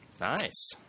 Nice